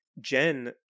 jen